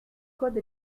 code